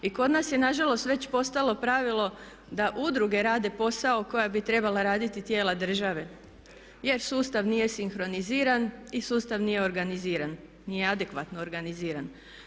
I kod nas je nažalost već postalo pravilo da udruge rade posao koji bi trebala raditi tijela države jer sustav nije sinkroniziran i sustav nije organiziran, nije adekvatno organiziran.